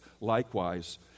likewise